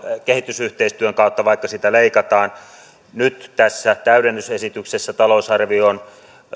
kehitysyhteistyön kautta vaikka sitä leikataan nyt tässä täydennysesityksessä talousarvioon